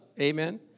amen